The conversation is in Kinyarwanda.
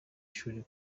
shuri